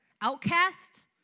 outcast